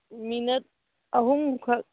minute ꯑꯍꯨꯝꯈꯛ